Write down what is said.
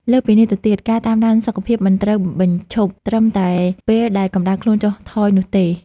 លើសពីនេះទៅទៀត ការតាមដានសុខភាពមិនត្រូវបញ្ឈប់ត្រឹមតែពេលដែលកម្ដៅខ្លួនចុះថយនោះទេ។